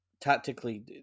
Tactically